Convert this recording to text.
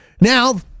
Now